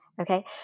okay